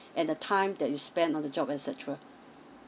and the time that you spend on the job etcetera